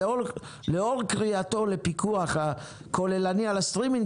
לאור קריאתו לפיקוח כוללני על הסטרימינג,